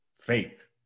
faith